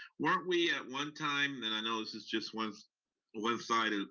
weren't we at one time, and i know this is just one so one side of